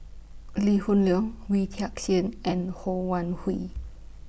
Lee Hoon Leong Wee Tian Siak and Ho Wan Hui